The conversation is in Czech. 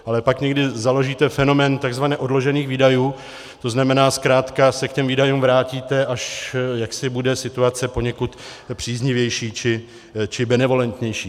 Ale pak někdy založíte fenomén tzv. odložených výdajů, to znamená, zkrátka se k těm výdajům vrátíte, až bude situace poněkud příznivější či benevolentnější.